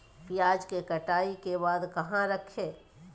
प्याज के कटाई के बाद कहा रखें?